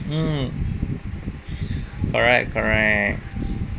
mm correct correct